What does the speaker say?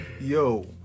Yo